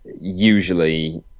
usually